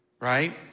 Right